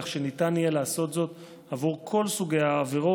כך שניתן יהיה לעשות זאת עבור כל סוגי העבירות,